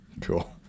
Cool